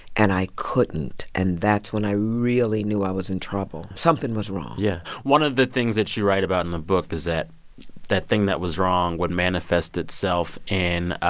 and i couldn't. and that's when i really knew i was in trouble. something was wrong yeah. one of the things that you write about in the book is that that thing that was wrong would manifest itself in